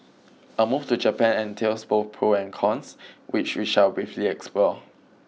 a move to Japan entails both pros and cons which we shall briefly explore